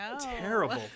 terrible